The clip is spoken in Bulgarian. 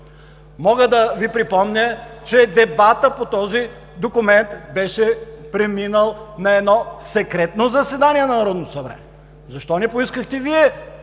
Мога да Ви припомня, че дебатът по този документ беше преминал на едно секретно заседание на Народното събрание. Защо не поискахте Вие